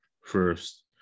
first